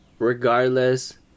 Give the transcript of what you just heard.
Regardless